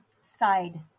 side